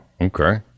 Okay